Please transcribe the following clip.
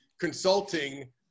consulting